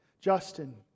Justin